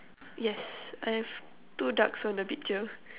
yes I have two ducks on the picture